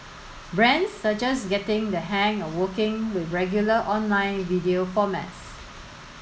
brands are just getting the hang of working with regular online video formats